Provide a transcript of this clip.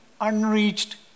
unreached